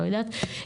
לא יודעת,